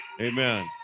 Amen